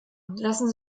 lassen